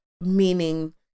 Meaning